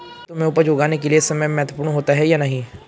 खेतों में उपज उगाने के लिये समय महत्वपूर्ण होता है या नहीं?